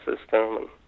system